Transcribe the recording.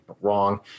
wrong